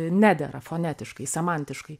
nedera fonetiškai semantiškai